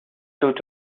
through